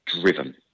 driven